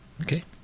okay